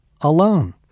alone